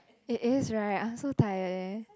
it is [right] I'm so tired eh